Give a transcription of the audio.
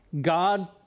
God